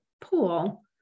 pool